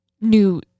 new